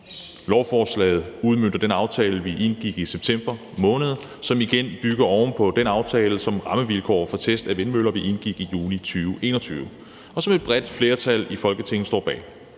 Lovforslaget udmønter den aftale, vi indgik i september måned, som igen bygger oven på den aftale om rammevilkår for test af vindmøller, vi indgik juni 2021, og som et bredt flertal i Folketinget står bag.